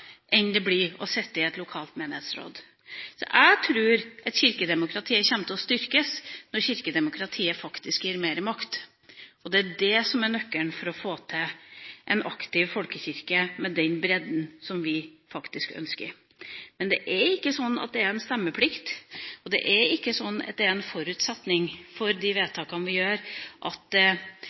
enn å sitte i et lokalt menighetsråd. Jeg tror at kirkedemokratiet kommer til å styrkes når kirkedemokratiet faktisk gir mer makt. Det er det som er nøkkelen for å få til en aktiv folkekirke med den bredden som vi faktisk ønsker. Det er ikke sånn at det er en stemmeplikt, og det er ikke sånn at det er en forutsetning for de vedtakene vi gjør, at stemmetallet skal nå bestemte prosenter. Men jeg tror det